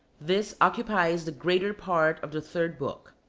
this occupies the greater part of the third book.